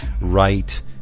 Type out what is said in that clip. right